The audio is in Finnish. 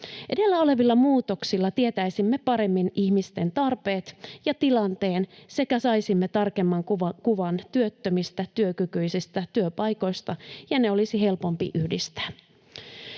Edellä olevilla muutoksilla tietäisimme paremmin ihmisten tarpeet ja tilanteen sekä saisimme tarkemman kuvan työttömistä, työkykyisistä, työpaikoista ja ne olisi helpompi yhdistää.